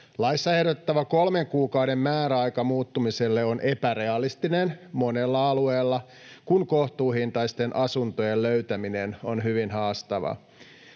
Laissa ehdotettava kolmen kuukauden määräaika muuttamiselle on epärealistinen monella alueella, kun kohtuuhintaisten asuntojen löytäminen on hyvin haastavaa.